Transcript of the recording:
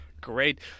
Great